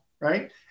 right